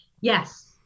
yes